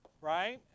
right